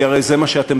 כי הרי זה מה שתעשו,